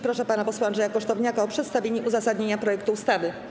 Proszę pana posła Andrzeja Kosztowniaka o przedstawienie uzasadnienia projektu ustawy.